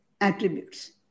attributes